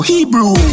Hebrew